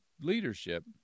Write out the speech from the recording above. leadership